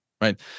Right